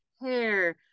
hair